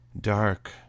Dark